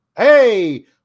Hey